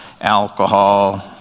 alcohol